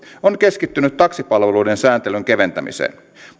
on keskittynyt taksipalveluiden sääntelyn keventämiseen